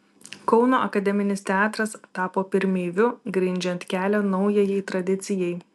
kauno akademinis teatras tapo pirmeiviu grindžiant kelią naujajai tradicijai